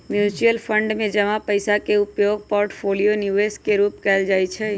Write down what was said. mutual fund में जमा पइसा के उपयोग पोर्टफोलियो निवेश के रूपे कएल जाइ छइ